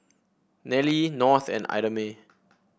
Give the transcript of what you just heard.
Nelie North and Idamae